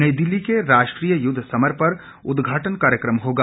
नई दिल्ली के राष्ट्रीय युद्ध समर पर उदघाटन कार्यक्रम होगा